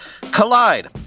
Collide